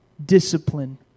Discipline